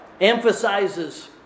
emphasizes